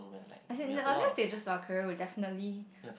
as in the earlier stages of our career will definitely